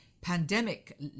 pandemic